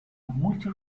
multi